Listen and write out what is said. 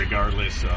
Regardless